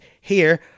here-